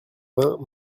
vingts